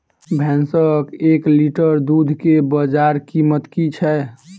भैंसक एक लीटर दुध केँ बजार कीमत की छै?